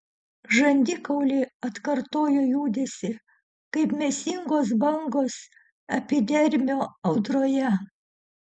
žandikauliai atkartojo judesį kaip mėsingos bangos epidermio audroje